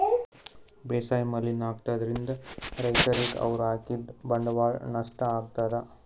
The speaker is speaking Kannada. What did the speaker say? ಬೇಸಾಯ್ ಮಲಿನ್ ಆಗ್ತದ್ರಿನ್ದ್ ರೈತರಿಗ್ ಅವ್ರ್ ಹಾಕಿದ್ ಬಂಡವಾಳ್ ನಷ್ಟ್ ಆಗ್ತದಾ